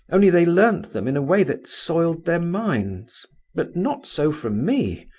only they learnt them in a way that soiled their minds but not so from me.